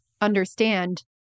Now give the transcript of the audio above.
understand